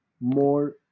more